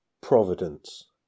Providence